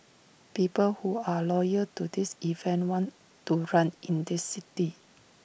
people who are loyal to this event want to run in the city